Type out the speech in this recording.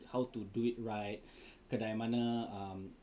how to do it right kedai mana um